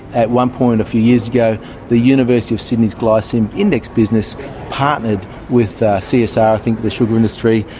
at one point a few years ago the university of sydney's glycaemic index business partnered with csr i think, the sugar industry,